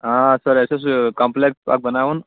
آ سر اسہِ اوس یہِ کَمپٕلیٚکٕس اَکھ بَناوُن